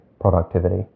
productivity